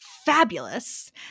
fabulous